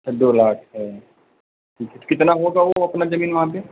अच्छा दो लाख है कित कितना होगा वो अपना जमीन वहाँ पर